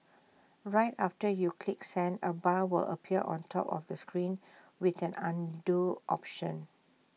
right after you click send A bar will appear on top of the screen with an Undo option